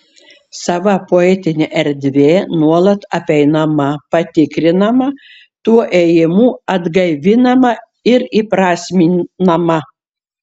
sava poetinė erdvė nuolat apeinama patikrinama tuo ėjimu atgaivinama ir įprasminama